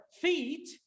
feet